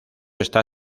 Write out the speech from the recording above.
está